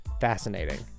fascinating